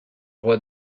roi